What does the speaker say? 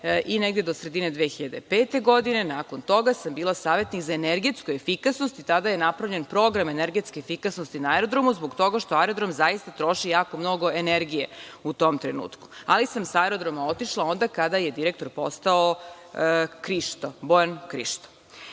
i negde do sredine 2005. godine. Nakon toga sam bila savetnik za energetsku efikasnost. Tada je napravljen program energetske efikasnosti na aerodromu zbog toga što aerodrom troši jako mnogo energije u tom trenutku, ali sam sa aerodroma otišla onda kada je direktor postao Bojan Krišto. Dalje,